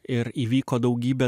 ir įvyko daugybė